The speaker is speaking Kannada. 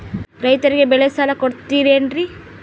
ರೈತರಿಗೆ ಬೆಳೆ ಸಾಲ ಕೊಡ್ತಿರೇನ್ರಿ?